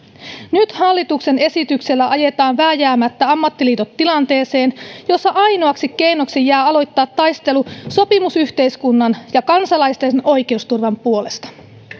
nyt hallituksen esityksellä ajetaan vääjäämättä ammattiliitot tilanteeseen jossa ainoaksi keinoksi jää aloittaa taistelu sopimusyhteiskunnan ja kansalaisten oikeusturvan puolesta